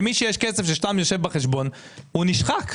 למי שיש כסף שסתם יושב בחשבון הוא נשחק.